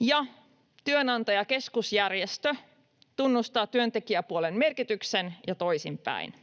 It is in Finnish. ja työnantajakeskusjärjestö tunnustaa työntekijäpuolen merkityksen, ja toisinpäin.